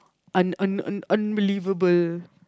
un un un unbelievable